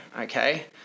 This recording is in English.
okay